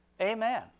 Amen